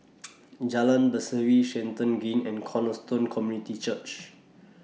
Jalan Berseri Stratton Green and Cornerstone Community Church